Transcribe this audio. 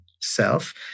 self